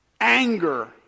anger